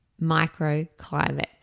microclimate